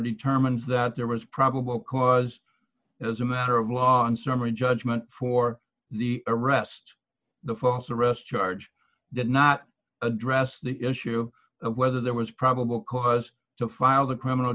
determines that there was probable cause as a matter of law in summary judgment for the arrest the false arrest charge did not address the issue of whether there was probable cause to file the criminal